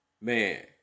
man